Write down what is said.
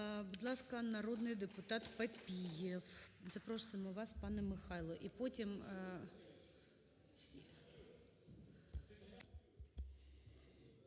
Будь ласка, народний депутат Папієв. Просимо вас, пане Михайло.